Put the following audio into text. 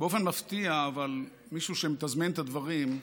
באופן מפתיע, אבל מישהו שם מתזמן את הדברים,